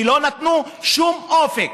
ולא נתנו שום אופק,